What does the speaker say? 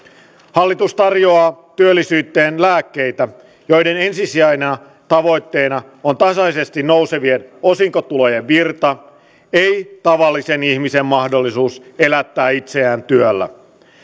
hallitus tarjoaa työllisyyteen lääkkeitä joiden ensisijaisena tavoitteena on tasaisesti nousevien osinkotulojen virta ei tavallisen ihmisen mahdollisuus elättää itsensä työllä